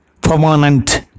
permanent